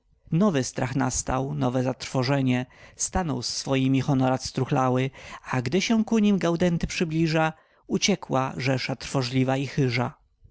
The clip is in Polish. nowy strach nastał nowe zatrwożenie stanął z swojemi honorat struchlały a gdy się ku nim gaudenty przybliża uciekła rzesza trwożliwa i chyża